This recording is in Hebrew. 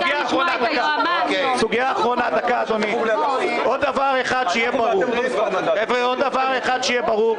דבר אחד נוסף שיהיה ברור,